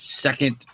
second